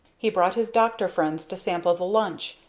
he brought his doctor friends to sample the lunch,